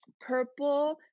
purple